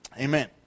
amen